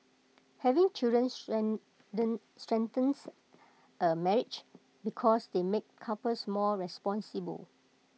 having children strengthens A marriage because they make couples more responsible